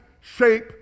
Shape